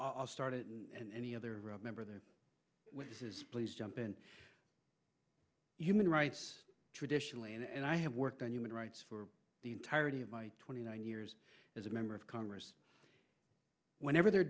i'll start it and any other member of the witnesses please jump in human rights traditionally and i have worked on human rights for the entirety of my twenty nine years as a member of congress whenever the